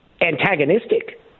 antagonistic